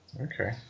Okay